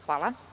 Hvala.